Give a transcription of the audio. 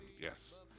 Yes